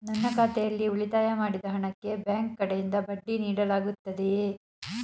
ನನ್ನ ಖಾತೆಯಲ್ಲಿ ಉಳಿತಾಯ ಮಾಡಿದ ಹಣಕ್ಕೆ ಬ್ಯಾಂಕ್ ಕಡೆಯಿಂದ ಬಡ್ಡಿ ನೀಡಲಾಗುತ್ತದೆಯೇ?